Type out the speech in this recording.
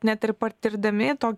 net ir patirdami tokį